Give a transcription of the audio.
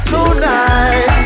Tonight